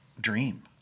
dream